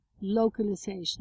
localization